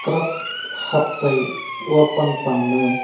க்ரப்ஹப்பை open பண்ணு